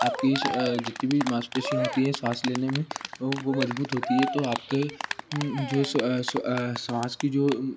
आपकी जितनी भी माँसपेशियाँ होती हैं साँस लेने में वो मजबूत होती है तो आपको जो स्वा स्वास की जो